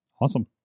Awesome